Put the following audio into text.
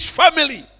family